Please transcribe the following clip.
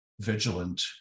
vigilant